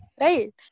Right